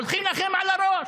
הולכים לכם על הראש.